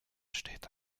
steht